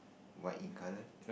white in colour